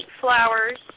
flowers